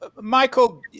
michael